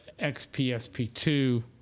XPSP2